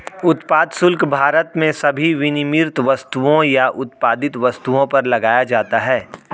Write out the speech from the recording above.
उत्पाद शुल्क भारत में सभी विनिर्मित वस्तुओं या उत्पादित वस्तुओं पर लगाया जाता है